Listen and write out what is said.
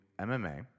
MMA